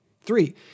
Three